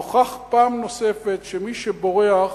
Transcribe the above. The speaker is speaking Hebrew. נוכח פעם נוספת שמי שבורח